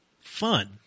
fun